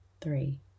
three